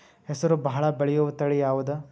ಹೆಸರು ಭಾಳ ಬೆಳೆಯುವತಳಿ ಯಾವದು?